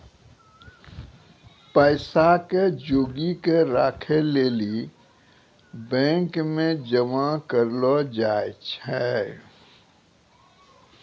पैसा के जोगी क राखै लेली बैंक मे जमा करलो जाय छै